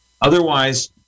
Otherwise